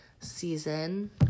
season